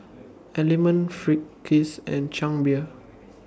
Element Friskies and Chang Beer